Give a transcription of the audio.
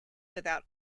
without